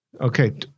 Okay